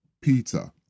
Peter